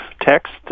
text